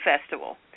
festival